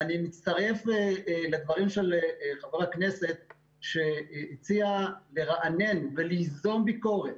ואני מצטרף לדברים של חבר הכנסת שהציע לרענן וליזום ביקורת,